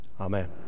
Amen